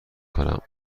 کنم